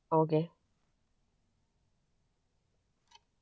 okay